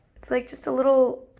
it's like just a little